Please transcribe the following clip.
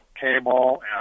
cable